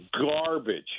garbage